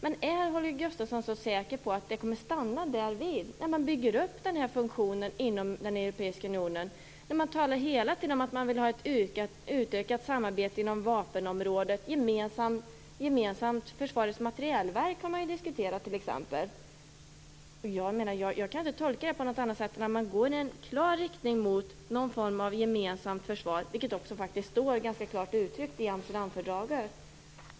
Men är Holger Gustafsson så säker på att det kommer att stanna därvid när man bygger upp den här funktionen inom den europeiska unionen? Man talar ju hela tiden om att man vill ha ett utökat samarbete inom vapenområdet. Man har t.ex. diskuterat ett gemensamt Försvarets materielverk. Jag kan inte tolka det på något annat sätt än att man går i en klar riktning mot någon form av gemensamt försvar, vilket också står ganska klart uttryckt i Amsterdamfördraget.